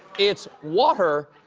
it's water,